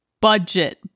budget